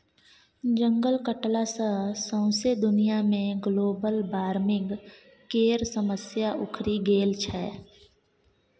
जंगल कटला सँ सौंसे दुनिया मे ग्लोबल बार्मिंग केर समस्या उखरि गेल छै